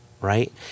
right